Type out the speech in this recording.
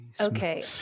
Okay